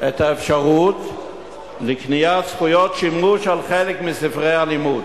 את האפשרות לקניית זכויות שימוש על חלק מספרי הלימוד.